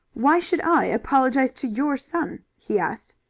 why should i apologize to your son? he asked.